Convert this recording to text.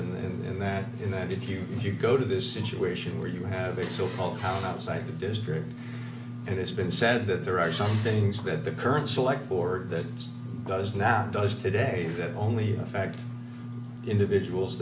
in that in that if you if you go to this situation where you have a so called town outside the district it has been said that there are some things that the current select board that does not does today that only affect individuals